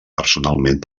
personalment